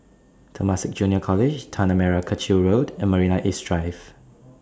Temasek Junior College Tanah Merah Kechil Road and Marina East Drive